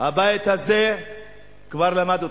הבית הזה כבר למד אתכם,